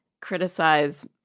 criticize